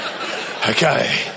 Okay